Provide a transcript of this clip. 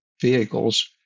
vehicles